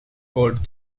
odd